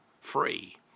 free